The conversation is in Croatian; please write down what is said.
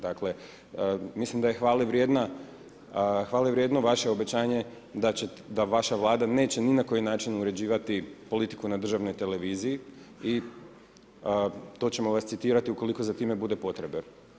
Dakle, mislim da je hvalevrijedno vaše obećanje da vaša Vlada neće ni na koji način uređivati politiku na državnoj televiziji i to ćemo vas citirati ukoliko za time bude potrebe.